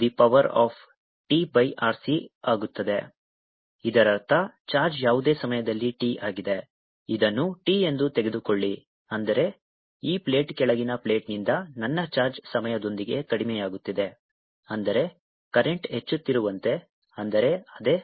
Q0QdQQ 0t dtCR lnQQ0 tRC QQ0e tRC ಇದರರ್ಥ charge ಯಾವುದೇ ಸಮಯದಲ್ಲಿ t ಆಗಿದೆ ಇದನ್ನು t ಎಂದು ತೆಗೆದುಕೊಳ್ಳಿ ಅಂದರೆ ಈ ಪ್ಲೇಟ್ ಕೆಳಗಿನ ಪ್ಲೇಟ್ನಿಂದ ನನ್ನ ಚಾರ್ಜ್ ಸಮಯದೊಂದಿಗೆ ಕಡಿಮೆಯಾಗುತ್ತಿದೆ ಅಂದರೆ ಕರೆಂಟ್ ಹೆಚ್ಚುತ್ತಿರುವಂತೆ ಅಂದರೆ ಅದೇ